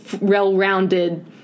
well-rounded